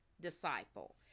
disciple